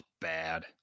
bad